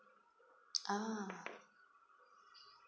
ah